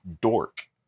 dork